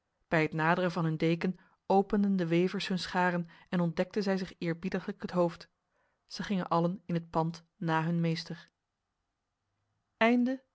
bij het naderen van hun deken openden de wevers hun scharen en ontdekten zich eerbiediglijk het hoofd zij gingen allen in het pand na hun meester